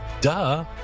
Duh